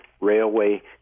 Railway